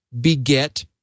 beget